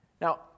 Now